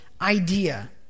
idea